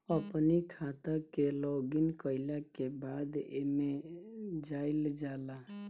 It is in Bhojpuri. अपनी खाता के लॉगइन कईला के बाद एमे जाइल जाला